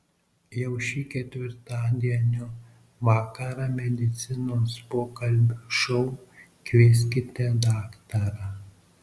jau šį ketvirtadienio vakarą medicinos pokalbių šou kvieskite daktarą